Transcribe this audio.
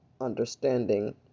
understanding